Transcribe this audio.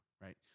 right